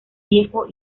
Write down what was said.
viejo